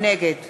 נגד